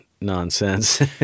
nonsense